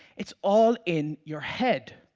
it's all in your head.